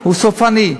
הוא סופני.